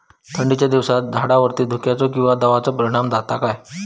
थंडीच्या दिवसानी झाडावरती धुक्याचे किंवा दवाचो परिणाम जाता काय?